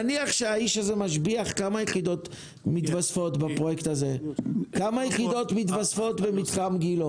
נניח שהאיש הזה משביח כמה דירות מיתוספות בפרויקט הזה במתחם גילה?